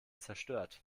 zerstört